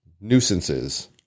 nuisances